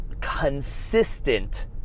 consistent